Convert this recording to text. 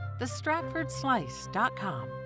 thestratfordslice.com